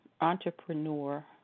entrepreneur